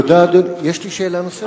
יש לי שאלה נוספת.